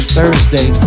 Thursday